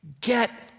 Get